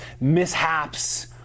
mishaps